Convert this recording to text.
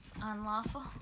Unlawful